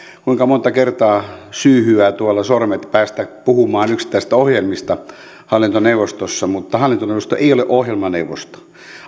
kuinka monta kertaa syyhyävät sormet päästä puhumaan yksittäisistä ohjelmista hallintoneuvostossa mutta hallintoneuvosto ei ole ohjelmaneuvosto